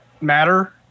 matter